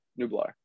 Nublar